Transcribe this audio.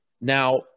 Now